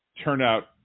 turnout